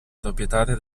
proprietaria